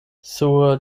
sur